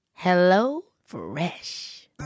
HelloFresh